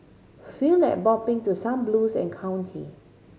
feel like bopping to some blues and county